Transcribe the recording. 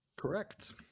Correct